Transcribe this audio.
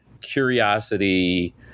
curiosity